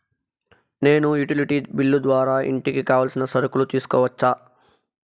నేను utility bill ద్వారా ఇంటికి కావాల్సిన సరుకులు తీసుకోవచ్చా?